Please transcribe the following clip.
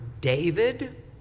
David